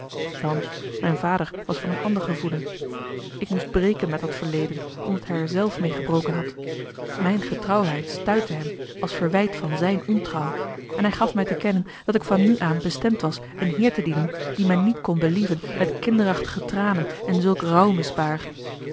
dan mijn vader was van een ander gevoelen ik moest breken met dat verleden omdat hij er zelf meê gebroken had mijne getrouwheid stuitte hem als verwijt van zijne ontrouw en hij gaf mij te kennen dat ik van nu aan bestemd was een a l g bosboom-toussaint de delftsche wonderdokter eel eer te dienen dien men niet kon believen met kinderachtige tranen en zulk